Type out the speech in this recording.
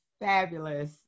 fabulous